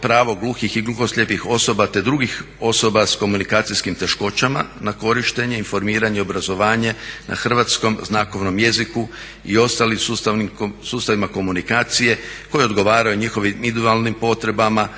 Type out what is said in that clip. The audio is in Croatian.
pravo gluhih i gluhoslijepih osoba te drugih osoba s komunikacijskim teškoćama na korištenje, informiranje i obrazovanje na hrvatskom znakovnom jeziku i ostalim sustavima komunikacije koje odgovaraju njihovim idealnim potrebama